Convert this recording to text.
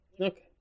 Okay